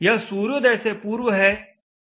यह सूर्योदय से पूर्व है